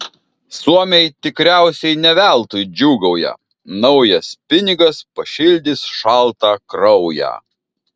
suomiai tikriausiai ne veltui džiūgauja naujas pinigas pašildys šaltą kraują